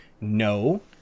no